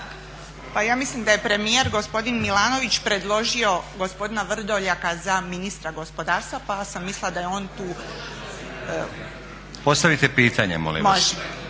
Pa ja mislim da je premijer gospodin Milanović predložio gospodina Vrdoljaka za ministra gospodarstva pa sam mislila da je on tu. **Stazić, Nenad (SDP)** Postavite